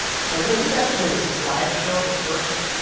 so this is actually a slide show. the first,